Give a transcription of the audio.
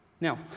Now